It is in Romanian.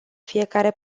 fiecare